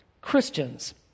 Christians